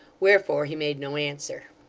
wherefore he made no answer.